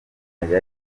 yari